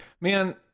Man